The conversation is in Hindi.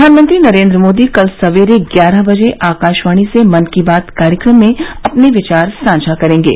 प्रधानमंत्री नरेन्द्र मोदी कल सवेरे ग्यारह बजे आकाशवाणी से मन की बात कार्यक्रम में अपने विचार साझा करेंगे